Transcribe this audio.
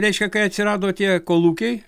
reiškia kai atsirado tie kolūkiai